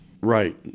Right